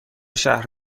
شهر